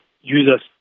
users